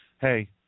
hey